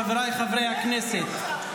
חבריי חברי הכנסת,